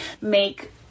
make